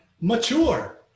mature